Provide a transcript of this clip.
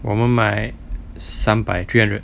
我们买三百 three hundred